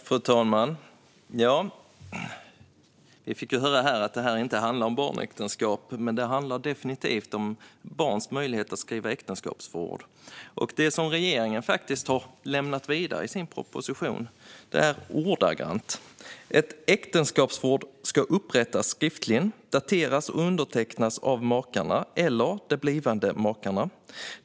Fru talman! Vi fick höra att det här inte handlar om barnäktenskap. Men det handlar definitivt om barns möjlighet att skriva äktenskapsförord. Regeringen skriver i sin proposition: "Ett äktenskapsförord ska upprättas skriftligen, dateras och undertecknas av makarna eller de blivande makarna.